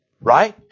right